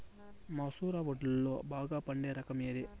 మసూర వడ్లులో బాగా పండే రకం ఏది?